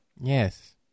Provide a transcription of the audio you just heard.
Yes